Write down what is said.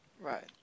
Right